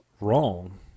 wrong